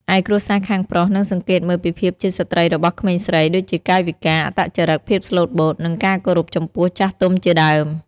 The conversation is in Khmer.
ឯគ្រួសារខាងប្រុស នឹងសង្កេតមើលពីភាពជាស្ត្រីរបស់ក្មេងស្រី ដូចជាកាយវិការ អត្តចរឹក ភាពស្លូតបូត និងការគោរពចំពោះចាស់ទុំជាដើម។